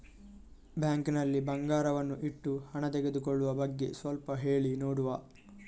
Bank ನಲ್ಲಿ ಬಂಗಾರವನ್ನು ಇಟ್ಟು ಹಣ ತೆಗೆದುಕೊಳ್ಳುವ ಬಗ್ಗೆ ಸ್ವಲ್ಪ ಹೇಳಿ ನೋಡುವ?